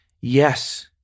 yes